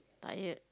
tired